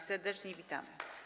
Serdecznie witamy.